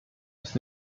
ist